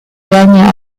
влияния